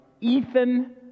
Ethan